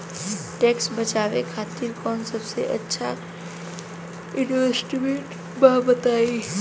Tax बचावे खातिर कऊन सबसे अच्छा इन्वेस्टमेंट बा बताई?